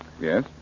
Yes